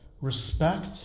respect